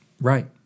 right